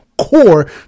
core